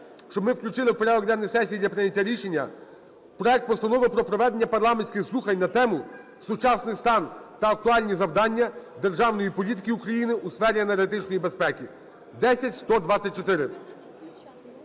щоб ми включили в порядок денний сесії для прийняття рішення проект Постанови про проведення парламентських слухань на тему: "Сучасний стан та актуальні завдання державної політики України у сфері енергетичної безпеки" (10124).